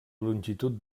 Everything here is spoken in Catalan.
longitud